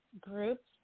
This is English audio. groups